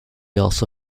also